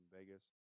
Vegas